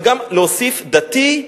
אלא גם להוסיף: דתי,